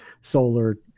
solar